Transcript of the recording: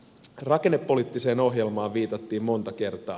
rakennepoliittiseen ohjelmaan viitattiin monta kertaa